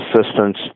assistance